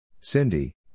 Cindy